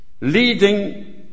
Leading